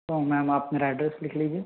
तो मैम आप मेरा एड्रेस लिख लीजिए